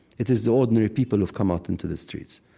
it is the ordinary people who've come out into the streets.